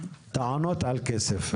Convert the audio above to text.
טענות על כסף,